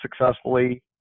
successfully